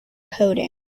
coding